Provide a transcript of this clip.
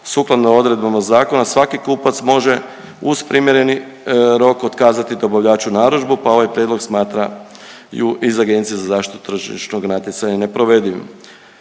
sukladno odredbama zakona svaki kupac može uz primjereni rok otkazati dobavljaču narudžbu pa ovaj prijedlog smatraju iz Agencije za zaštitu tržišnog natjecanja neprovedivim.